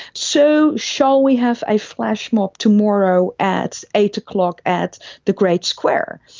so shall we have a flash mob tomorrow at eight o'clock at the great square?